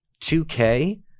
2K